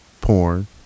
Porn